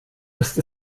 ist